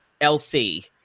LC